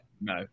No